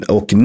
Och